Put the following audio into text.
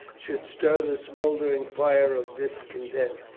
should stir the smouldering fire of discontent,